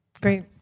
Great